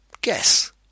guess